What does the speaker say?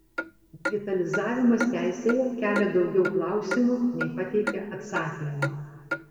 digitalizavimas teisėje kelia daugiau klausimų nei pateikia atsakymų